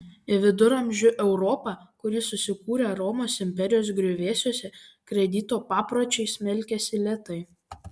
į viduramžių europą kuri susikūrė romos imperijos griuvėsiuose kredito papročiai smelkėsi lėtai